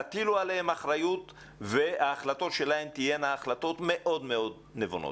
תטילו עליהם אחריות ותראו שההחלטות שלהם תהיינה החלטות מאוד נבונות.